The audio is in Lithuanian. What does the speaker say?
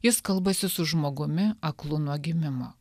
jis kalbasi su žmogumi aklu nuo gimimo